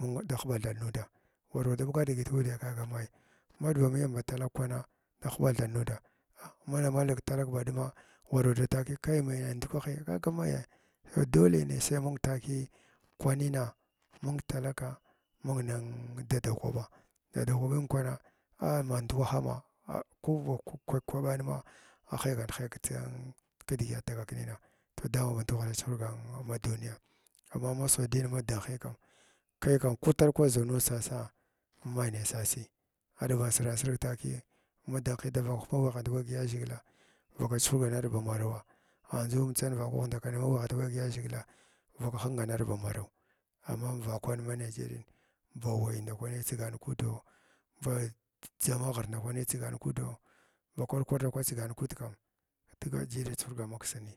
Mung da huɓa thaɗ nuud war wa di bagar digit kuuda kaga damay madga miyam tulag mkana ta hmba thag nuda ma naval nug ki ralagam ba ɗumma war wa dada takii kayamaya ndakwahii kaga menyə kaga dole neh sai mung tulliy kwanina mung takga mung nun dada kwba daɗa krabin kwang ah ma nduwahama ah koh koh vak kwaɓan ma ahangant haiga la ka kalig atagak nina toh dagha a banga chahurga ma ma duniya amma ma saudiyin ma ndanhi kam kai kam kih taɗgwa sirana sirg fukii ma ndanhi davakwah man haɗav da ya ʒhigala vaka chuhurgan ba marawaa adʒu in mitsan vakmah ndakwani maba haɗan vut haɗga da yaʒhigila vaka hingaar ba marawh amma man vakman na nageriyin ba wayə itsigana ku udoo uh ba dʒama ghir ndakwani tsigana kuudo ba kwar kwa ndako tsigan kuuɗo dga jirirbi chuhurga maksinan